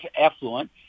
affluent